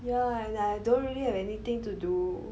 yeah and I don't really have anything to do